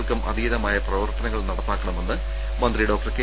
ങ്ങൾക്കും അതീതമായ പ്രവർത്തനങ്ങൾ നടപ്പാക്കണമെന്ന് മന്ത്രി ഡോക്ടർ കെ